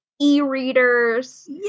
e-readers